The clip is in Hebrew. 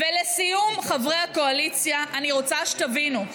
ולסיום, חברי הקואליציה, אני רוצה שתבינו,